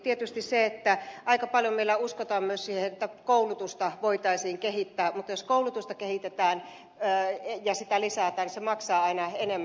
tietysti aika paljon meillä uskotaan myös siihen että koulutusta voitaisiin kehittää mutta jos koulutusta kehitetään ja sitä lisätään niin sitten se ajokortti maksaa aina enemmän